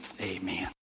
Amen